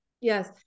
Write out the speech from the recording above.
Yes